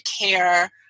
care